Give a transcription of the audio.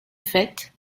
faites